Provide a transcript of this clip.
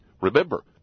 Remember